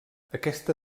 aquesta